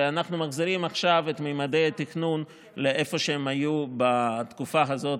ואנחנו מחזירים עכשיו את ממדי התכנון לאיפה שהם היו בתקופה הזאת,